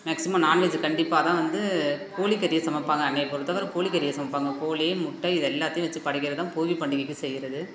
maximum non veg கண்டிப்பாக அதுதான் வந்து கோழி கறியை சமைப்பாங்க அன்றைய பொறுத்த வரை கோழி கறியை சமைப்பாங்க கோழி முட்டை இதெல்லாத்தையும் வெச்சு படைக்கிறது தான் போகி பண்டிகைக்கு செய்யுறது